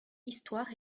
histoire